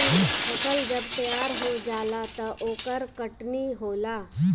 फसल जब तैयार हो जाला त ओकर कटनी होला